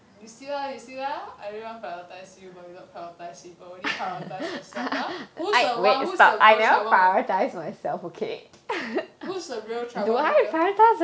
you see lah you see lah everyone prioritise you but you don't prioritise people only prioritise yourself ah who's the one who's the real troublemaker who's the real troublemaker